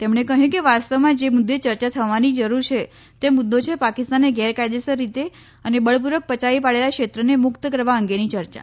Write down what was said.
તેમણે કહ્યું કે વાસ્તવમાં જે મુદ્દે ચર્ચા થવાની જરૂર છે તે મુદ્દો છે પાકિસ્તાને ગેરકાયદેસર રીતે અને બળપૂર્વક પયાવી પાડેલા ક્ષેત્રને મુક્ત કરવા અંગેની ચર્ચા